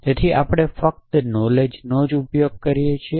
તેથી આપણે ફક્ત નોલેજ નો જ ઉપયોગ કરીએ છીએ